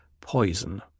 poison